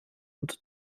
und